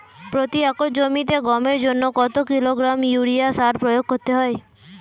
প্রতি একর জমিতে গমের জন্য কত কিলোগ্রাম ইউরিয়া সার প্রয়োগ করতে হয়?